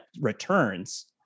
returns